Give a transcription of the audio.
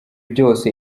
byose